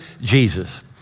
Jesus